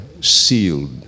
sealed